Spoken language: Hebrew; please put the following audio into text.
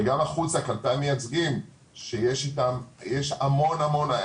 וגם החוצה כלפי המייצגים שיש איתם, יש המון המון.